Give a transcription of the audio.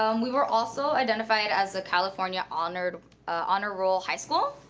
um we were also identified as the california honor honor roll high school,